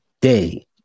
day